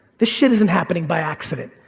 this shit isn't happening by accident.